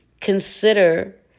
consider